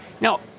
Now